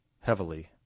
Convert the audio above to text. heavily